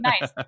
nice